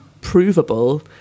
provable